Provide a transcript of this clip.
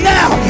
now